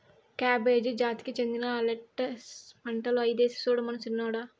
cabbage జాతికి చెందిన lettuce పంటలు ఐదేసి సూడమను సిన్నోడా